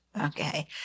Okay